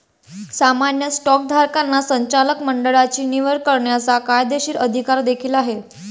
सामान्य स्टॉकधारकांना संचालक मंडळाची निवड करण्याचा कायदेशीर अधिकार देखील आहे